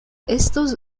estos